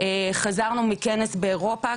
חזרנו מכנס באירופה,